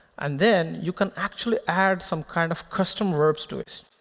and then you can actually add some kind of custom verbs to it.